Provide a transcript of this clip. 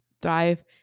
thrive